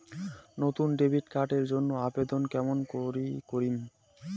নতুন debit card এর জন্যে আবেদন কেমন করি করিম?